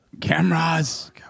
Cameras